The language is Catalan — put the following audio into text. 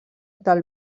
del